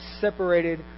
separated